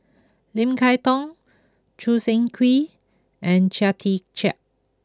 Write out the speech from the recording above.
Lim Kay Tong Choo Seng Quee and Chia Tee Chiak